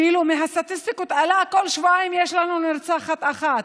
מהסטטיסטיקות עלה שכל שבועיים יש לנו נרצחת אחת.